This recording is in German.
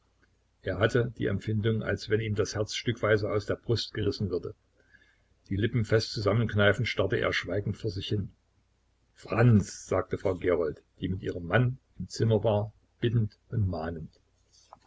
er hatte die empfindung als wenn ihm das herz stückweise aus der brust gerissen würde die lippen fest zusammenkneifend starrte er schweigend vor sich hin franz sagte frau gerold die mit ihrem mann im zimmer war bittend und mahnend